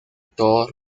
todos